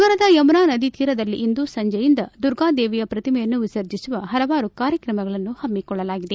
ನಗರದ ಯಮುನಾ ನದಿ ತೀರದಲ್ಲಿಂದು ಸಂಜೆಯಿಂದ ದುರ್ಗಾ ದೇವಿಯ ಶ್ರತಿಮೆಯನ್ನು ವಿಸರ್ಜಿಸುವ ಹಲವಾರು ಕಾರ್ಯಕ್ರಮಗಳನ್ನು ಹಮ್ಮಿಕೊಳ್ಳಲಾಗಿದೆ